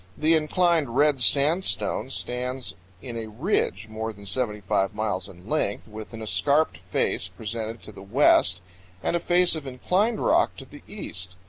the inclined red sandstone stands in a ridge more than seventy five miles in length, with an escarped face presented to the west and a face of inclined rock to the east.